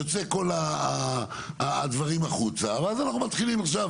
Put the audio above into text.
יוצאים כל הדברים החוצה ואז אנחנו מתחילים עכשיו